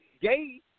gay